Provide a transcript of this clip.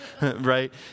Right